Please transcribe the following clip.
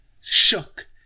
shook